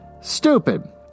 Stupid